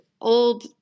old